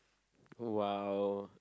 !wow!